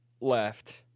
left